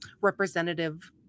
representative